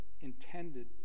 intended